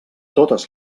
totes